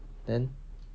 then